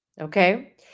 Okay